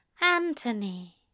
Anthony